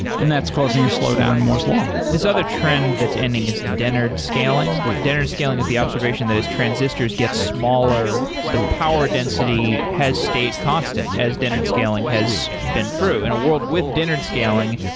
and that's causing a slowdown in moore's law this other trend that's ending is dennard scaling. dennard scaling is the observation that as transistors gets smaller, the power density has stayed constant, as dennard scaling has been true. in a world with dennard scaling,